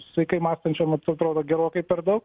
sveikai mąstančiam atrodo gerokai per daug